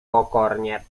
pokornie